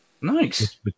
Nice